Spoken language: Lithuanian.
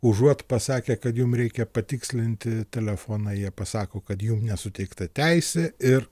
užuot pasakę kad jum reikia patikslinti telefoną jie pasako kad jum nesuteikta teisė ir